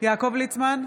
יעקב ליצמן,